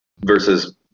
versus